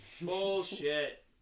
Bullshit